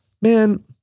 man